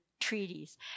treaties